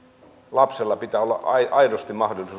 lapsella pitää olla aidosti mahdollisuus isään ja äitiin